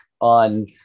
on